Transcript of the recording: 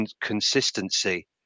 consistency